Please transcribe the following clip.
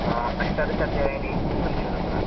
अष्टादश अध्यायानि सन्ति वा तत्र